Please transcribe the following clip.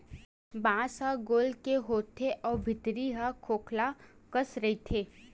बांस ह गोल के होथे अउ भीतरी ह खोखला कस रहिथे